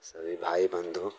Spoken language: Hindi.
सभी भाई बंधु